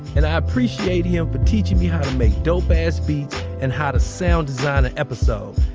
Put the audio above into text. and i appreciate him for teaching me how to make dope ass beats and how to sound design an episode.